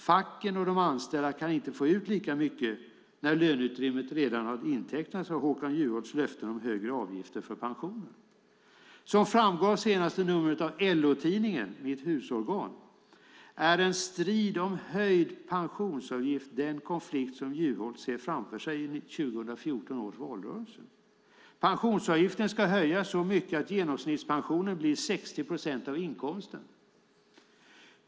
Facken och de anställda kan inte få ut lika mycket när löneutrymmet redan har intecknats av Håkan Juholts löften om högre avgifter för pensioner. Som framgår av det senaste numret av LO-tidningen, mitt husorgan, är en strid om höjd pensionsavgift den konflikt som Juholt ser framför sig i 2014 års valrörelse. Pensionsavgiften ska höjas så mycket att genomsnittspensionen blir 60 procent av inkomsten.